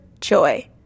joy